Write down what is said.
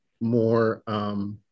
more